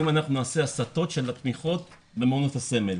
אם נעשה הסטות של התמיכות במעונות הסמל.